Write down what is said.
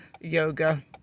yoga